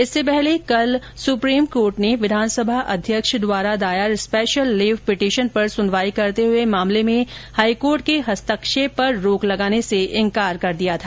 इससे पहले कल सुप्रीम कोर्ट ने विधासभा अध्यक्ष द्वारा दायर स्पेशल लीव पीटीशन पर सुनवाई करते हुए मामले में हाईकोर्ट के हस्तक्षेप पर रोक लगाने से इनकार कर दिया था